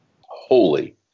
Holy